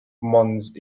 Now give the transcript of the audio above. mons